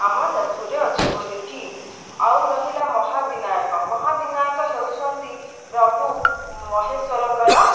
ଆମ ଯାଜପୁରରେ ଅଛି ବୋଲିକି ଆଉ ରହିଲା ମହାବିନାୟକ ମହାବିନାୟକ ହେଉଛନ୍ତି ପ୍ରଭୁ ମହେଶ୍ଵରଙ୍କର